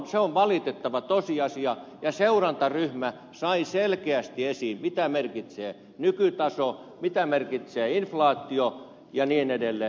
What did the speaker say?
se on valitettava tosiasia ja seurantaryhmä sai selkeästi esiin mitä merkitsee nykytaso mitä merkitsee inflaatio ja niin edelleen